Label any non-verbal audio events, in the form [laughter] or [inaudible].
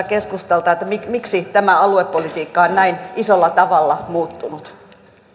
[unintelligible] keskustalta miksi tämä aluepolitiikka on näin isolla tavalla muuttunut